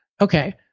Okay